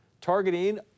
targeting